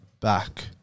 back